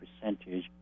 percentage